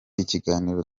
ikiganiro